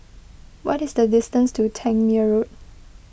what is the distance to Tangmere Road